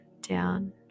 down